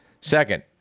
Second